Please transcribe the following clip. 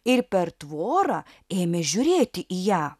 ir per tvorą ėmė žiūrėti į ją